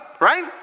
right